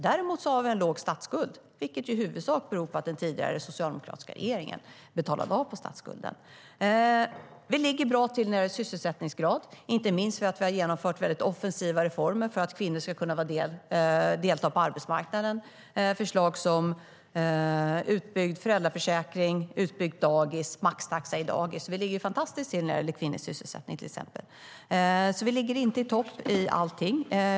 Däremot har vi låg statsskuld, vilket i huvudsak beror på att den tidigare socialdemokratiska regeringen betalade av på statsskulden. Vi ligger inte i topp när det gäller allt.